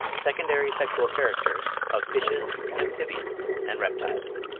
secondary sexual characters of fishes, amphibians, and reptiles.